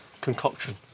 concoction